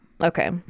Okay